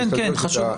כן, כן, זה חשוב.